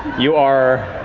you are